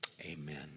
Amen